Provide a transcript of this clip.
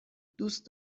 دوست